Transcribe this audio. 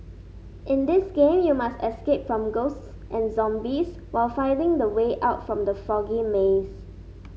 in this game you must escape from ghosts and zombies while finding the way out from the foggy maze